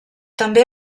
també